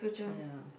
yeah